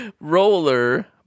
roller